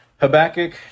Habakkuk